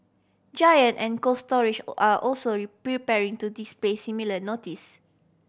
giant and Cold Storage O are also preparing to display similar notice